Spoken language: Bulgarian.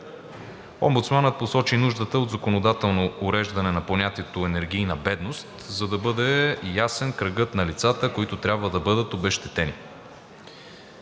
Омбудсманът посочи нуждата от законодателно уреждане на понятието енергийна бедност, за да бъде ясен кръгът на лицата, които трябва да бъдат обезщетени.